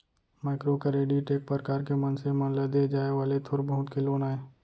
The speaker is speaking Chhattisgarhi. माइक्रो करेडिट एक परकार के मनसे मन ल देय जाय वाले थोर बहुत के लोन आय